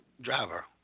driver